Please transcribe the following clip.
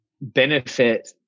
benefit